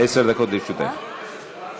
אדוני היושב-ראש,